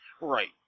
Right